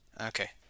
Okay